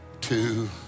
two